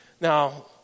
Now